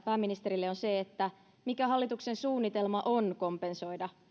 pääministerille ovat mikä on hallituksen suunnitelma kompensoida